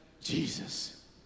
Jesus